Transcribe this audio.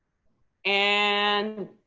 and